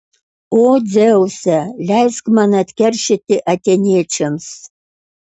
o dzeuse leisk man atkeršyti atėniečiams